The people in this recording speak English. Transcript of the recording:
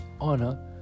honor